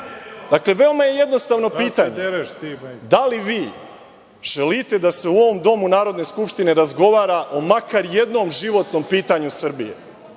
veoma je jednostavno pitanje, da li vi želite da se u ovom Domu Narodne skupštine razgovara o makar jednom životnom pitanju Srbije,